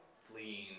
fleeing